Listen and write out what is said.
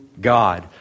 God